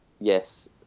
Yes